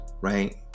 right